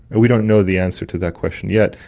and we don't know the answer to that question yet,